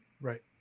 Right